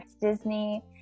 Disney